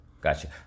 Gotcha